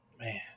Man